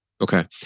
Okay